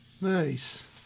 nice